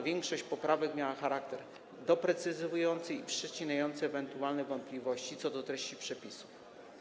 Większość poprawek miała charakter doprecyzowujący i przecinający ewentualne wątpliwości co do treści przepisów.